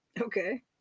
Okay